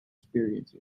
experience